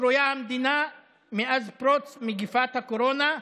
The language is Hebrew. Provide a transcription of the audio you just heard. שרויה המדינה מאז פרוץ מגפת הקורונה,